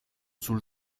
sul